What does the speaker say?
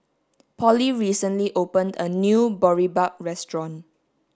Polly recently opened a new Boribap Restaurant